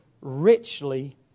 richly